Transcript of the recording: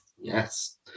Yes